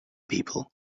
people